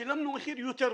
שילמנו מחיר יותר ממנו,